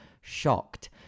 shocked